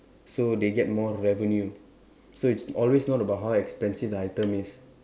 so they get more revenue so it's always not about how expensive the item is